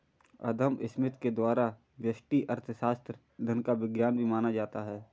अदम Smith के द्वारा व्यष्टि अर्थशास्त्र धन का विज्ञान भी माना था